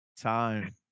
time